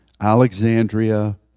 Alexandria